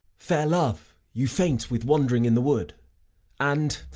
fair love, you faint with wand'ring in the wood and,